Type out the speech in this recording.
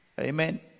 Amen